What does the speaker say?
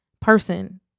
person